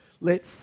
let